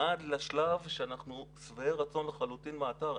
עד לשלב שאנחנו שבעי רצון לחלוטין מהאתר.